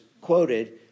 quoted